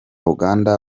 uganda